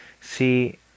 see